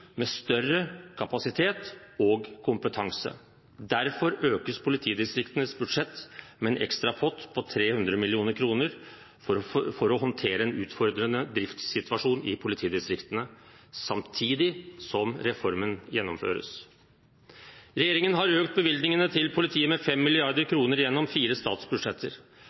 med større kapasitet og kompetanse, er høye. Derfor økes politidistriktenes budsjett med en ekstra pott på 300 mill. kr for å håndtere en utfordrende driftssituasjon i politidistriktene, samtidig som reformen gjennomføres. Regjeringen har økt bevilgningene til politiet med 5 mrd. kr gjennom fire